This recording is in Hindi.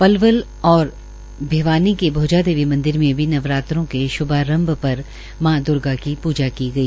पलवल और भिवानी में भोजा देवी मंदिर मे भी नवरात्रों के श्भारभ पर मां द्र्गा की प्जा की गई